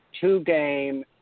two-game